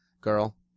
girl